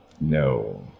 No